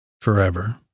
forever